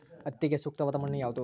ಹತ್ತಿಗೆ ಸೂಕ್ತವಾದ ಮಣ್ಣು ಯಾವುದು?